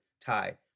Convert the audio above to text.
tie